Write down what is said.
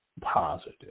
positive